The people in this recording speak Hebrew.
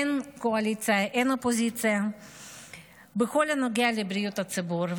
אין קואליציה ואין אופוזיציה בכל הנוגע לבריאות הציבור.